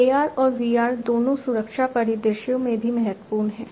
AR और VR दोनों सुरक्षा परिदृश्यों में भी महत्वपूर्ण हैं